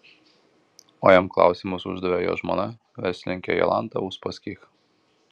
o jam klausimus uždavė jo žmona verslininkė jolanta uspaskich